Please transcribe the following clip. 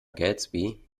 gadsby